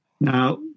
Now